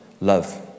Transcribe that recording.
love